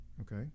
okay